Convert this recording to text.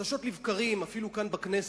חדשות לבקרים, אפילו כאן בכנסת,